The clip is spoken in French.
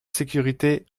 sécurité